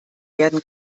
werden